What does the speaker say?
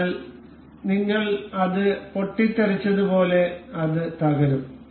അതിനാൽ നിങ്ങൾ അത് പൊട്ടിത്തെറിച്ചതുപോലെ അത് തകരും